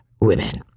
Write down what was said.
women